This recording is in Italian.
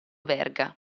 verga